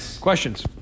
questions